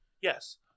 Yes